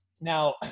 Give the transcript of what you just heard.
Now